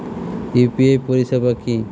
UPI পরিসেবা কি?